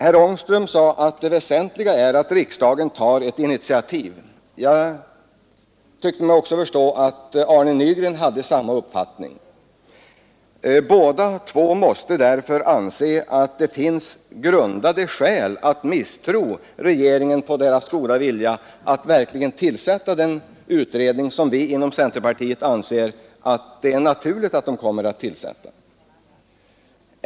Herr Ångström sade att det väsentliga är att riksdagen tar ett initiativ. Jag tyckte mig också förstå att herr Nygren hade samma uppfattning. Båda måste därför anse att det finns grundade skäl att misstro regeringens goda vilja att verkligen tillsätta den utredning som vi i centerpartiet anser det naturligt att regeringen kommer att tillsätta.